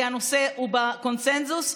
כי הנושא הוא בקונסנזוס.